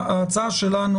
ההצעה שלי